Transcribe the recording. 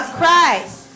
Christ